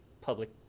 public